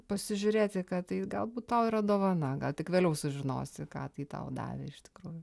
pasižiūrėti kad tai galbūt tau yra dovana gal tik vėliau sužinosi ką tai tau davė iš tikrųjų